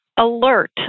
alert